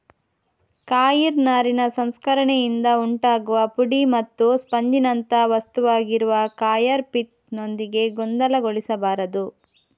coir ನಾರಿನ ಸಂಸ್ಕರಣೆಯಿಂದ ಉಂಟಾಗುವ ಪುಡಿ ಮತ್ತು ಸ್ಪಂಜಿನಂಥ ವಸ್ತುವಾಗಿರುವ ಕಾಯರ್ ಪಿತ್ ನೊಂದಿಗೆ ಗೊಂದಲಗೊಳಿಸಬಾರದು